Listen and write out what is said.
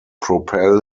propel